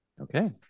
Okay